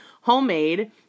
homemade